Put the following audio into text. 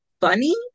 funny